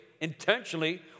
intentionally